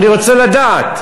אני רוצה לדעת,